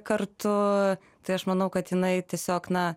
kartu tai aš manau kad jinai tiesiog na